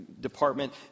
department